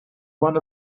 one